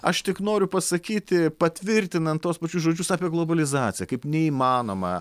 aš tik noriu pasakyti patvirtinant tuos pačius žodžius apie globalizaciją kaip neįmanoma